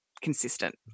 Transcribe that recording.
consistent